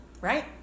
right